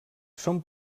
són